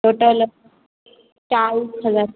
total चाळीस हजार